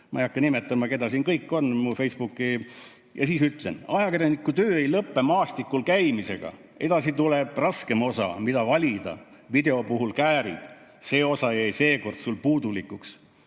ei hakka nimetama, kes siin kõik on, minu Facebooki [postituses]. Ja siis ütlen: "Ajakirjaniku töö ei lõpe maastikul käimisega. Edasi tuleb raskem osa, mida valida, video puhul käärid. See osa jäi seekord sul puudulikuks.